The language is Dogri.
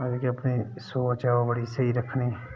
आदमी गी अपनी सोच ऐ ओह् बड़ी स्हेई रक्खनी